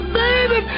baby